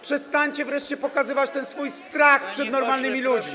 Przestańcie wreszcie pokazywać ten swój strach przed normalnymi ludźmi.